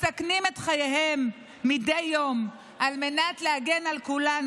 מסכנים את חייהם מדי יום על מנת להגן על כולנו,